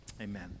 Amen